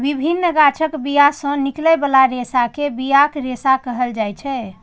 विभिन्न गाछक बिया सं निकलै बला रेशा कें बियाक रेशा कहल जाइ छै